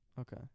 Okay